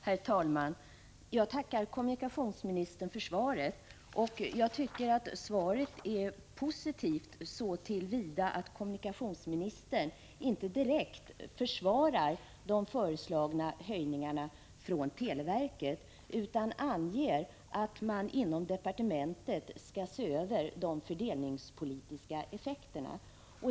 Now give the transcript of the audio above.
Herr talman! Jag tackar kommunikationsministern för svaret. Jag tycker att svaret är positivt så till vida att kommunikationsministern inte direkt försvarar de av televerket föreslagna höjningarna, utan anger att man inom departementet skall se över de fördelningspolitiska effekterna.